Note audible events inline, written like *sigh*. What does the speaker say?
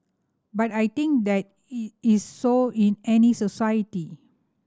but I think that *unintelligible* is so in any society